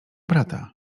brata